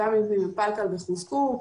7 מבנים פלקל שחוזקו,